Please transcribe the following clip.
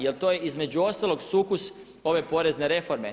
Jer to je između ostalog sukus ove porezne reforme.